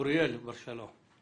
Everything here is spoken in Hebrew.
שמי אוריאל בר שלום,